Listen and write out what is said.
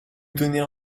donner